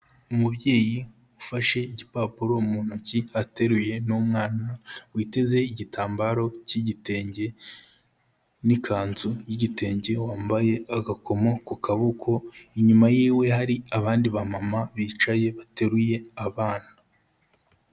Umubyeyi ufashe igipapuro mu ntoki ateruye n'umwana witeze igitambaro cy'igitenge n'ikanzu y'igitenge, wambaye agakomo ku kaboko, inyuma yiwe hari abandi bamama bicaye bateruye abana.